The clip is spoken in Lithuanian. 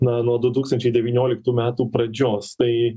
na nuo du tūkstančiai devynioliktų metų pradžios tai